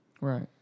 Right